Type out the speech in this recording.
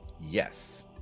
Yes